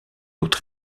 autre